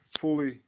fully